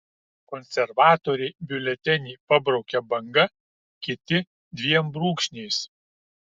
konservatoriai biuletenį pabraukia banga kiti dviem brūkšniais